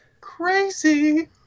crazy